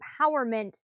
empowerment